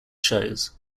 shows